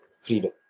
freedom